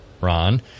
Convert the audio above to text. ron